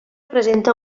presenta